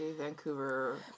Vancouver